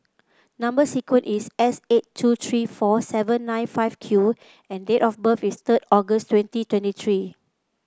number sequence is S eight two three four seven nine five Q and date of birth is third August twenty twenty three